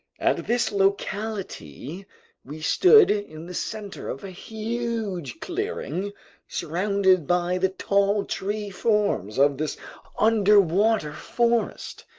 at this locality we stood in the center of a huge clearing surrounded by the tall tree forms of this underwater forest.